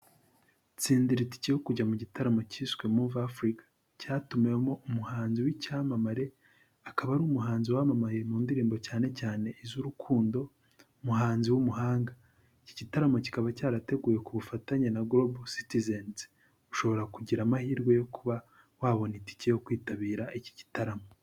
Tsindira itike yo kujya mu gitaramo cyiswe muve Afurika. Cyatumiwemo umuhanzi w'icyamamare, akaba ari umuhanzi wamamaye mu ndirimbo cyane cyane iz'urukundo, umuhanzi w'umuhanga. Iki gitaramo kikaba cyarateguwe ku bufatanye na Golobo Sitizenizi. Ushobora kugira amahirwe yo kuba wabona itike yo kwitabira iki gitaramo.